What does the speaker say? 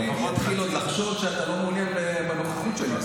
אני אתחיל עוד לחשוד שאתה לא מעוניין בנוכחות שלי.